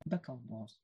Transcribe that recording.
be kalbos